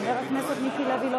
חבר הכנסת מיקי לוי, לא